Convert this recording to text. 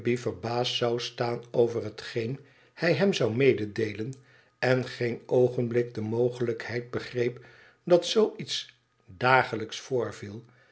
verbaasd zou staan over hetgeen hij hem zou mededeelen en geen oogenblik de mogelijkheid begreep dat zoo iets dagelijks voorviel